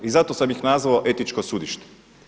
I zato sam ih nazvao etičko sudište.